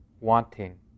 wanting